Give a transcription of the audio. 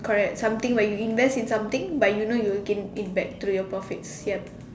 correct something where you invest in something but you know you will gain it back to your profits yup